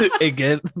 again